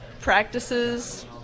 practices